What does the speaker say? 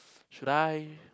should I